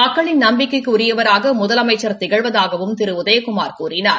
மக்களின் நம்பிக்கைக்கு உரியவராக முதலமைச்சா் திகழ்வதாகவும் திரு உதயகுமார் கூறினார்